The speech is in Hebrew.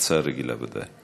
ועדת